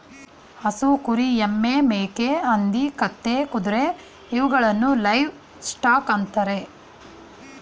ಹಸು, ಕುರಿ, ಎಮ್ಮೆ, ಮೇಕೆ, ಹಂದಿ, ಕತ್ತೆ, ಕುದುರೆ ಇವುಗಳನ್ನು ಲೈವ್ ಸ್ಟಾಕ್ ಅಂತರೆ